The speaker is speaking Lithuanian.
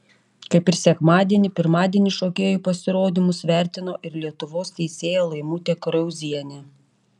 kaip ir sekmadienį pirmadienį šokėjų pasirodymus vertino ir lietuvos teisėja laimutė krauzienė